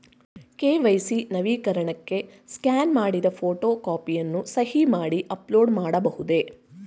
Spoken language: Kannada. ಕೆ.ವೈ.ಸಿ ನವೀಕರಣಕ್ಕೆ ಸ್ಕ್ಯಾನ್ ಮಾಡಿದ ಫೋಟೋ ಕಾಪಿಯನ್ನು ಸಹಿ ಮಾಡಿ ಅಪ್ಲೋಡ್ ಮಾಡಬಹುದೇ?